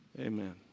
amen